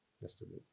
yesterday